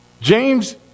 James